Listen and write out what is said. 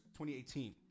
2018